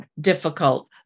difficult